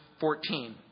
14